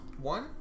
One